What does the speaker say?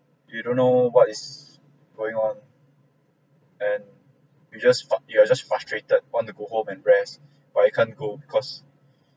you don't know what is going on and you just frus~ you are just frustrated want to go home and rest but you can't go because